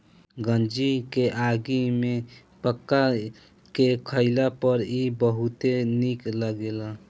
गंजी के आगी में पका के खइला पर इ बहुते निक लगेला